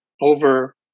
over